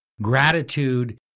Gratitude